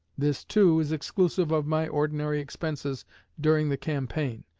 this, too, is exclusive of my ordinary expenses during the campaign,